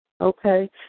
Okay